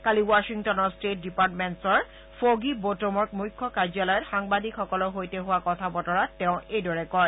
কালি ৱাশ্বিংটনৰ ট্টেট ডিপাৰ্টমেণ্টচৰ ফগী বটমৰ মুখ্যকাৰ্যালয়ত সাংবাদিকসকলৰ সৈতে হোৱা কথা বতৰাত তেওঁ এইদৰে কয়